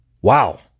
Wow